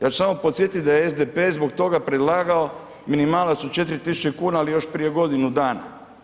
Ja ću samo podsjetit da je SDP zbog toga predlagao minimalac od 4000 kuna, ali još prije godinu dana.